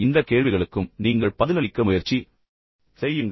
இந்தக் கேள்விகளுக்கும் நீங்கள் பதிலளிக்க முயற்சி செய்யுங்கள்